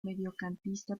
mediocampista